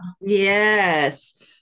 Yes